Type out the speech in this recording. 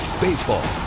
baseball